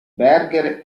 berger